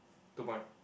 two point